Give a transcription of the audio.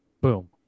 boom